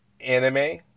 anime